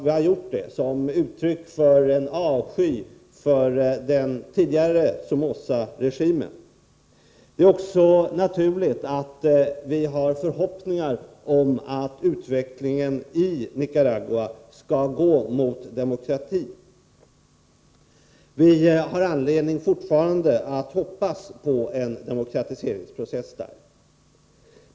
Vi gör det för att visa vår avsky för den tidigare Somozaregimen. Det är också naturligt att vi har förhoppningar om att utvecklingen i Nicaragua kommer att gå i riktning mot demokrati. Det finns fortfarande anledning att hoppas på en demokratiseringsprocess där.